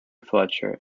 fletcher